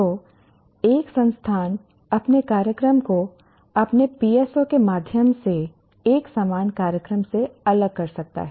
तो एक संस्थान अपने कार्यक्रम को अपने PSO के माध्यम से एक समान कार्यक्रम से अलग कर सकता है